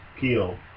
peel